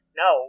no